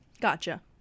Gotcha